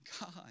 God